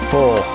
Four